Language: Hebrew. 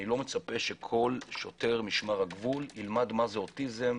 אני לא מצפה שכל שוטר משטר הגבול ילמד מה זה אוטיזם,